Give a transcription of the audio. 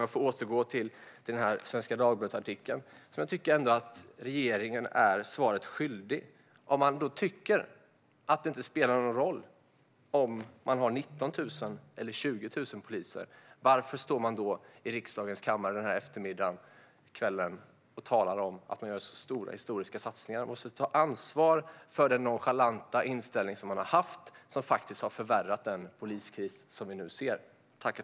Låt mig återgå till artikeln i Svenska Dagbladet. Regeringen är svaret skyldig. Tycker man att det inte spelar någon roll om Sverige har 19 000 eller 20 000 poliser, varför står man då i riksdagens kammare i dag och talar om att man gör en sådan historiskt stor satsning? Regeringen måste ta ansvar för den nonchalanta inställning man har haft och som faktiskt har förvärrat den poliskris vi nu ser.